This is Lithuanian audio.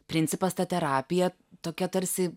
principas ta terapija tokia tarsi